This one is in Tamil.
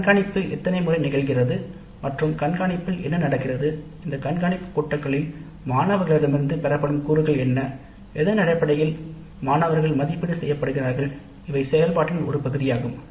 கண்காணிப்பு எத்தனை முறை நிகழ்கிறது மற்றும் கண்காணிப்பில் என்ன நடக்கிறது இந்த கண்காணிப்புக் கூட்டங்களில் மாணவர்களிடமிருந்து பெறப்படும் கூறுகள் என்ன எதன் அடிப்படையில் மாணவர்கள் மதிப்பீடு செய்யப்படுகிறார்கள் இவை செயல்பாட்டின் ஒரு பகுதியாகும்